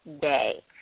day